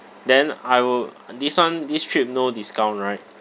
then I will this [one] this trip no discount right